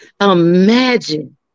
Imagine